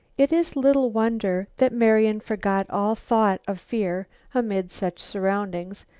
it is little wonder that marian forgot all thought of fear amid such surroundings,